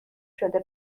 شده